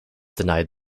denied